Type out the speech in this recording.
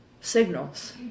signals